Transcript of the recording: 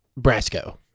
Brasco